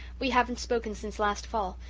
we haven't spoken since last fall.